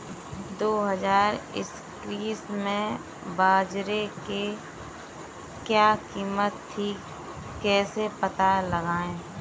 दो हज़ार इक्कीस में बाजरे की क्या कीमत थी कैसे पता लगाएँ?